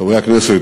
חברי הכנסת,